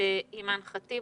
אימאן ח'טיב.